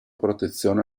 protezione